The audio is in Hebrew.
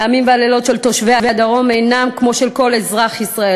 הימים והלילות של תושבי הדרום אינם כמו של כל אזרח ישראל.